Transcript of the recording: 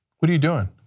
what are you doing?